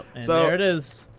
so it is.